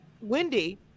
Wendy